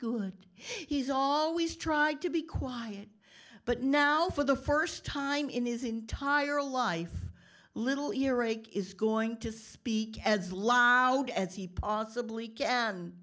good he's all we's tried to be quiet but now for the st time in his entire life little earache is going to speak as loud as he possibly can